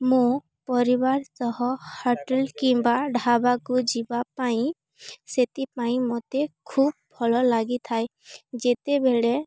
ମୁଁ ପରିବାର ସହ ହାଟେଲ୍ କିମ୍ବା ଢାବାକୁ ଯିବା ପାଇଁ ସେଥିପାଇଁ ମୋତେ ଖୁବ୍ ଭଲ ଲାଗିଥାଏ ଯେତେବେଳେ